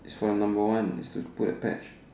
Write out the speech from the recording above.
it's for the number one it's to put the patch